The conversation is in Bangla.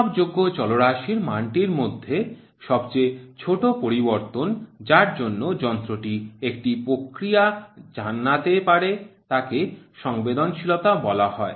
পরিমাপযোগ্য চলরাশির মানটির মধ্যে সবচেয়ে ছোট পরিবর্তন যার জন্য যন্ত্রটি একটি প্রতিক্রিয়া জানাতে পারে তাকে সংবেদনশীলতা বলা হয়